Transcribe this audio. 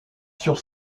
sur